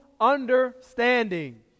understanding